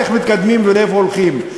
איך מתקדמים ולאן הולכים,